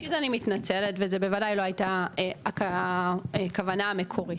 ראשית אני מתנצלת וזה בוודאי לא הייתה הכוונה המקורית,